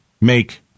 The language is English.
make